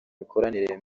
imikoranire